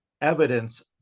evidence